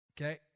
Okay